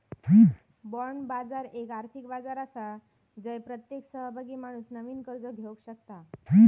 bond बाजार एक आर्थिक बाजार आसा जय प्रत्येक सहभागी माणूस नवीन कर्ज घेवक शकता